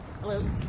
Hello